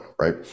right